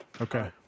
Okay